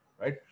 right